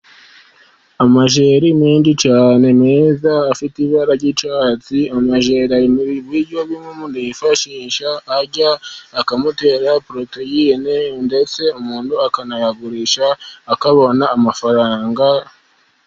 Amajeri menshi cyane meza afite ibara ry'icatsi. Amajeri Ari mu biryo umuntu yifashisha arya akamutera poroteyine, ndetse umuntu akanayagurisha akabona amafaranga.